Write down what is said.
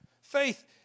Faith